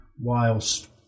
whilst